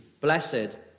blessed